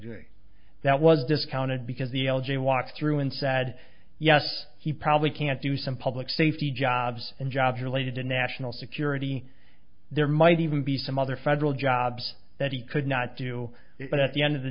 doing that was discounted because the l g walks through and said yes he probably can't do some public safety jobs and jobs related to national security there might even be some other federal jobs that he could not do it but at the end of the